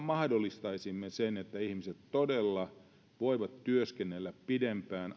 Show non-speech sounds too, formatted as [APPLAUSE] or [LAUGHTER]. [UNINTELLIGIBLE] mahdollistaisimme sen että ihmiset todella voivat aidosti työskennellä pidempään